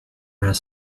around